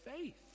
faith